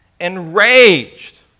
enraged